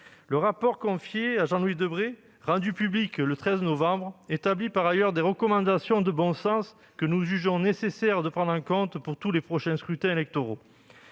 Le rapport confié à Jean-Louis Debré, rendu public le 13 novembre, établit par ailleurs des recommandations de bon sens, que nous jugeons nécessaire de prendre en compte pour tous les scrutins électoraux